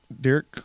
Derek